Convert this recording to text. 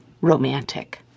romantic